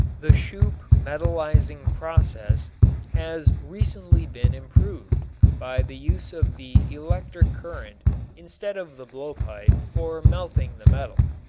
the schoop metallizing process has recently been improved by the use of the electric current instead of the blowpipe for melting the metal.